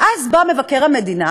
ואז בא מבקר המדינה,